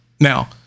Now